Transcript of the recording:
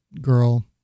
girl